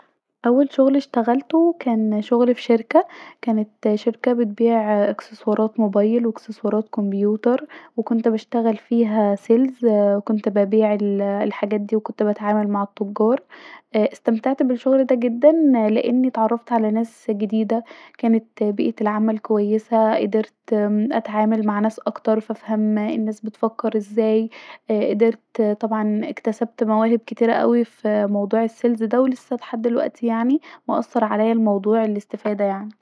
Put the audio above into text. اول شغل اشتغلته كان شغل في شركة ال كانت شركه بتبيع اكسسورات موبايلي واكسسوارات كمبيوتر وكنت بشتغل فيها سيلز كنت بيبع الحاجات ديه وكنت بتعامل مع تجار اا استمتعت بالشغل ده جدا لاني اتعرفت علي ناس جديده كانت بيئه العمل كويسه قدرت اتعامل مع ناس اكتر ف افهم الناس بتفكر ازاي قدرت طبعا اكتسبت مواهب كتيره اوي في موضوع السيلز ده ولسا لحد دلوقتي يعني مأثر عليا موضوع الاستفاده ده